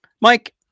Mike